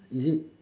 is it